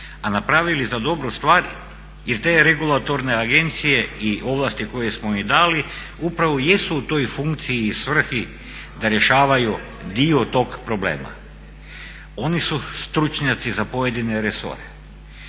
a napravili za dobru stvar jer te regulatorne agencije i ovlasti koje smo im dali upravo i jesu u toj funkciji i svrhi da rješavaju dio tog problema. Oni su stručnjaci za pojedine resore,